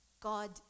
god